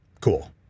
cool